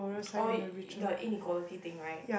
oh the inequality thing right